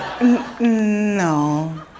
No